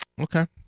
Okay